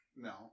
No